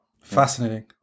Fascinating